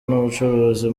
n’ubucuruzi